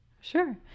Sure